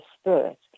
Spirit